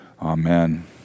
Amen